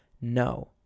No